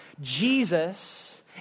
Jesus